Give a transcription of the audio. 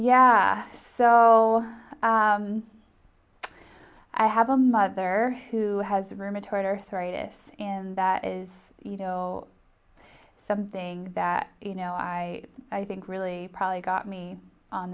yeah so i have a mother who has rheumatoid arthritis and that is something that you know i i think really probably got me on